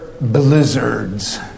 blizzards